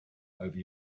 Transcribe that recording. over